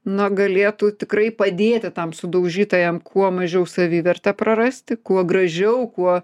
na galėtų tikrai padėti tam sudaužytajam kuo mažiau savivertę prarasti kuo gražiau kuo